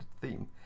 theme